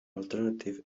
alternative